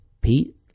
Pete